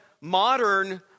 modern